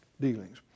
dealings